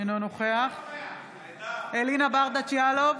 אינו נוכח אלינה ברדץ' יאלוב,